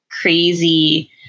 crazy